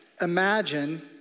imagine